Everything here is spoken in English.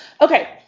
Okay